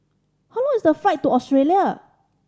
how long is the flight to Australia